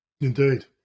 Indeed